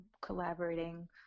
collaborating